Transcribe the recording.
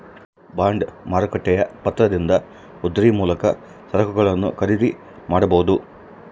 bond ಮಾರುಕಟ್ಟೆಯ ಪತ್ರದಿಂದ ಉದ್ರಿ ಮೂಲಕ ಸರಕುಗಳನ್ನು ಖರೀದಿ ಮಾಡಬೊದು